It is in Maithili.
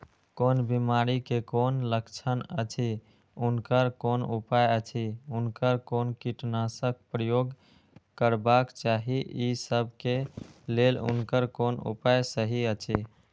कोन बिमारी के कोन लक्षण अछि उनकर कोन उपाय अछि उनकर कोन कीटनाशक प्रयोग करबाक चाही ई सब के लेल उनकर कोन उपाय सहि अछि?